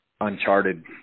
uncharted